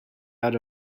out